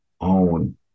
own